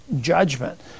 judgment